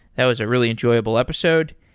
that was a really enjoyable episode.